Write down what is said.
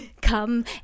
Come